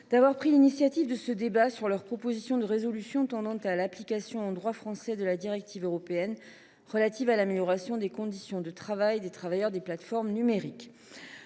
ordre du jour de cette proposition de résolution tendant à l’application en droit français de la directive européenne relative à l’amélioration des conditions de travail des travailleurs des plateformes numériques.